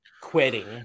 quitting